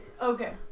Okay